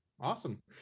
Awesome